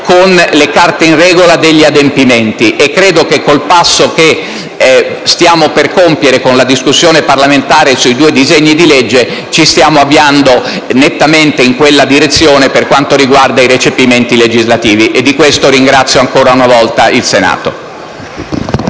con le carte in regola in merito agli adempimenti. Credo che con il passo che stiamo per compiere con l'esame parlamentare dei due disegni di legge ci stiamo avviando nettamente in quella direzione per quanto riguarda i recepimenti legislativi. Di questo ringrazio ancora una volta il Senato.